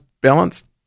balanced